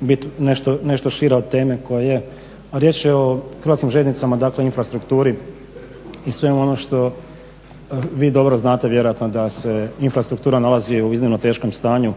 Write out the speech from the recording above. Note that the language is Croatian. biti nešto šira od teme koja je. Riječ je o Hrvatskim željeznicama, dakle infrastrukturi i svemu onom što vi dobro znate da se infrastruktura nalazi u iznimno teškom stanju